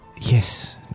Yes